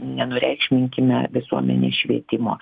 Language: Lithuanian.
nenureikšminkime visuomenės švietimo